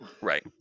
right